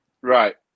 Right